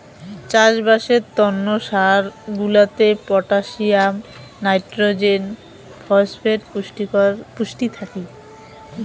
চাষবাসের তন্ন সার গুলাতে পটাসিয়াম, নাইট্রোজেন, ফসফেট পুষ্টি থাকি